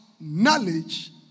Knowledge